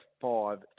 five